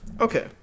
okay